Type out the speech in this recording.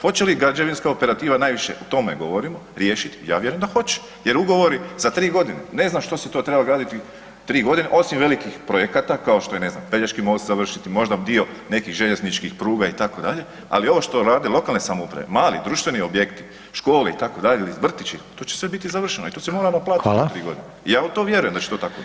Hoće li građevinska operativa najviše o tome govorimo, riješiti, ja vjerujem da hoće jer ugovori za 3.g., ne znam što se to treba graditi 3.g. osim velikih projekata kao što je ne znam Pelješki most završiti, možda dio nekih željezničkih pruga itd., ali ovo što rade lokalne samouprave, mali i društveni objekti, škole itd. ili vrtići, to će sve biti završeno i to sve moramo platiti u 3.g. i ja u to vjerujem da će to tako biti.